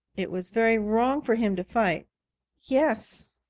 it was very wrong for him to fight yes,